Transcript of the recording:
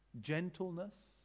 Gentleness